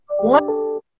one